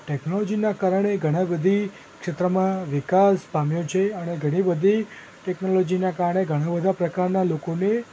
ટૅક્નોલોજીના કારણે ઘણા બધી ક્ષેત્રમાં વિકાસ પામ્યો છે અને ઘણી બધી ટૅક્નોલોજીના કારણે ઘણા બધા પ્રકારના લોકોને